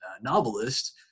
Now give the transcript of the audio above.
novelist